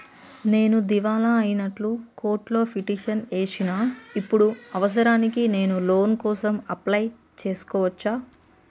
నేను దివాలా అయినట్లు కోర్టులో పిటిషన్ ఏశిన ఇప్పుడు అవసరానికి నేను లోన్ కోసం అప్లయ్ చేస్కోవచ్చా?